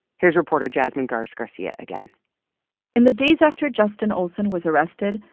here's reporter jasmine garsd garcia again in the days after justin olsen was arrested,